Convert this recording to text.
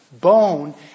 bone